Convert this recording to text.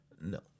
No